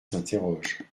s’interroge